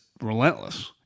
relentless